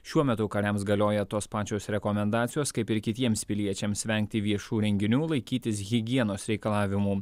šiuo metu kariams galioja tos pačios rekomendacijos kaip ir kitiems piliečiams vengti viešų renginių laikytis higienos reikalavimų